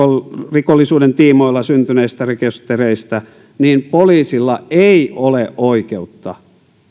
rikollisuuden tiimoilta syntyneistä rekistereistä niin poliisilla ei ole oikeutta